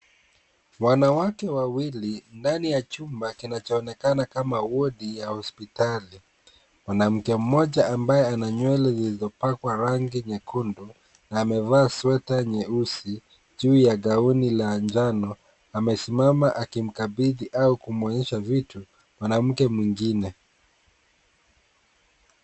Wanawake wawili, ndani ya chumba kinachaonekana kama wodi ya hospitali. Mwanamke moja ambaye ananywele zilizopakwa rangi nyekundu na amevaa sweta nyeusi juu ya gauni la njano amesimama akimkabidhi au kumwonyesha vitu mwanamke mwingine.